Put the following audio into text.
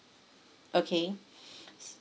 okay